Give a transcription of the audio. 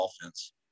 offense